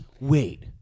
Wait